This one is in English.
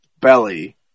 belly